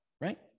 right